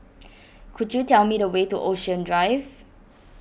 could you tell me the way to Ocean Drive